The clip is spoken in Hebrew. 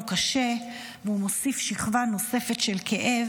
הוא קשה והוא מוסיף שכבה נוספת של כאב